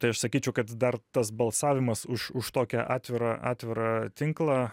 tai aš sakyčiau kad dar tas balsavimas už už tokią atvirą atvirą tinklą